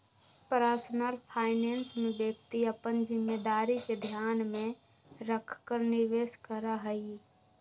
personal finance में व्यक्ति अपन जिम्मेदारी के ध्यान में रखकर निवेश करा हई